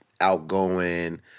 outgoing